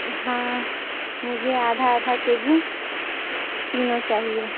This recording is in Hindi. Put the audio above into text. हाँ मुझे आधा आधा के जी तीनों चाहिए